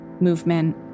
movement